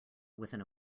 within